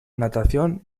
natación